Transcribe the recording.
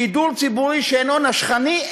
שידור ציבורי שאינו נשכני,